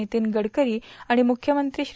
नितिन गडकरी आणि मुख्यमंत्री श्री